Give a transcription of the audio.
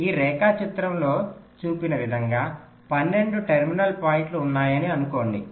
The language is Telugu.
ఈ రేఖాచిత్రంలో చూపిన విధంగా 12 టెర్మినల్ పాయింట్లు ఉన్నాయని అనుకోండి